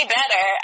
better